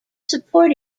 support